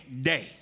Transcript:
day